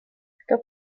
kto